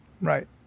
Right